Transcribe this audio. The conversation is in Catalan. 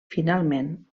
finalment